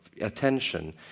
attention